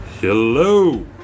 Hello